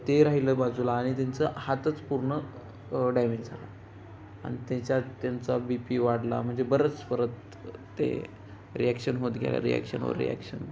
ते राहिलं बाजूला आणि त्यांचं हातच पूर्ण डॅमेज झाला आणि त्याच्यात त्यांचा बी पी वाढला म्हणजे बरंच परत ते रिॲक्शन होत गेला रिॲक्शनवर रिॲक्शन